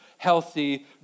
Healthy